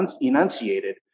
enunciated